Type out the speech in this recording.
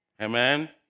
Amen